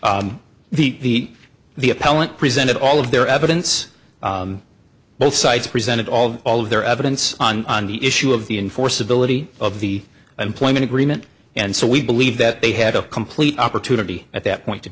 get the the appellant presented all of their evidence both sides presented all all of their evidence on the issue of the enforceability of the employment agreement and so we believe that they had a complete opportunity at that point to